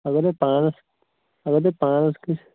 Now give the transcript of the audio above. اگر تۄہہِ پانَس اگر تۄہہِ پانَس کیُٚتھ چھُ